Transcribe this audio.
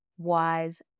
wise